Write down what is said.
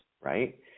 right